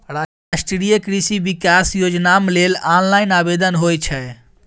राष्ट्रीय कृषि विकास योजनाम लेल ऑनलाइन आवेदन होए छै